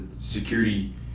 security